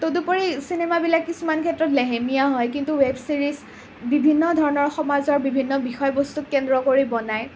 তদুপৰি চিনেমাবিলাক কিছুমান ক্ষেত্ৰত লেহেমীয়া হয় কিন্তু ৱেব ছিৰিজ বিভিন্ন সমাজৰ বিষয়বস্তুক কেন্দ্ৰ কৰি বনায়